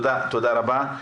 תודה רבה.